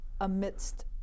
amidst